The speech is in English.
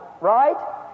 right